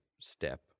step